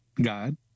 God